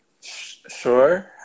Sure